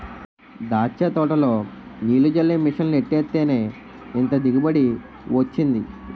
దాచ్చ తోటలో నీల్లు జల్లే మిసన్లు ఎట్టేత్తేనే ఇంత దిగుబడి వొచ్చింది